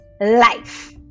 life